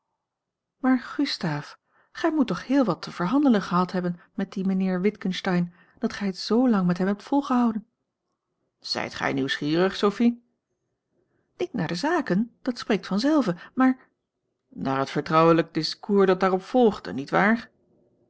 maar gustaaf gij moet toch heel wat te verhandelen gehad hebben met dien mijnheer witgensteyn dat gij het zoolang met hem hebt volgehouden zijt gij nieuwsgierig sophie niet naar de zaken dat spreekt vanzelve maar naar het vertrouwelijk discours dat daarop volgde niet waar